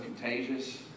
contagious